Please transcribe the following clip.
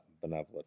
benevolent